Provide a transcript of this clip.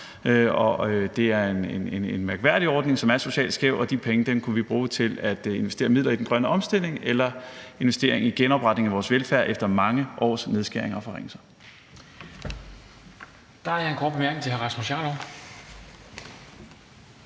Det er en mærkværdig ordning, som er socialt skæv, og de penge kunne vi bruge til at investere midler i den grønne omstilling eller til investering i genopretning af vores velfærd efter mange års nedskæringer og forringelser.